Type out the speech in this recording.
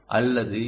அல்லது எல்